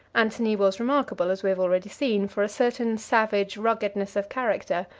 antony was remarkable, as we have already seen, for a certain savage ruggedness of character,